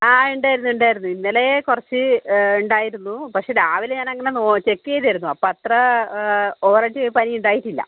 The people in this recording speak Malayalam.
ആ ഉണ്ടായിരുന്നു ഉണ്ടായിരുന്നു ഇന്നലെ കുറച്ച് ഉണ്ടായിരുന്നു പക്ഷേ രാവിലെ ഞാനങ്ങനെ നോ ചെക്ക് ചെയ്തിരുന്നു അപ്പം അത്ര ഓവറായിട്ട് പനി ഉണ്ടായിട്ടില്ല